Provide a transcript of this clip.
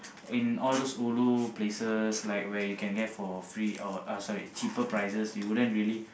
in all those ulu places like where you can get for free oh sorry cheaper prices you wouldn't really